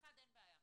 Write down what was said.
אין בעיה.